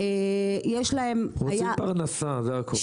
רוצים פרנסה, זה הכל.